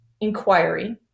inquiry